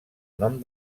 nom